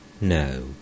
No